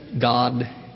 God